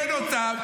אין אותם.